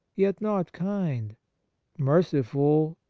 yet not kind merciful,